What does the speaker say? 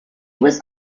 was